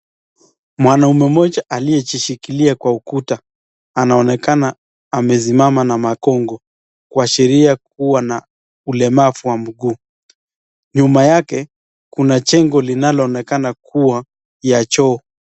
Mwanaume moja aliyejishikilia kwa ukuta anaonekana amesimama na magongo kuashiria kuwa ana ulemavu wa mguu. Nyuma yake, kuna jengo linaloonekana kuwa ya choo.